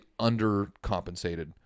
undercompensated